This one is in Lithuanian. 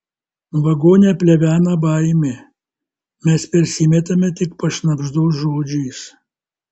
vagone plevena baimė mes persimetame tik pašnabždos žodžiais